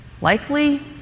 Likely